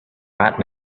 rat